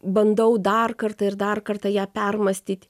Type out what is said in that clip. bandau dar kartą ir dar kartą ją permąstyti